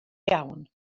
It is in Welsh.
iawn